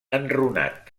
enrunat